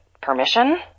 permission